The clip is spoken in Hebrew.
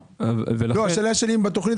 התוכנית היא כוללת?